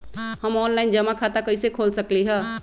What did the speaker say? हम ऑनलाइन जमा खाता कईसे खोल सकली ह?